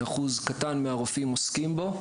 אחוז קטן מהרופאים עוסקים בו,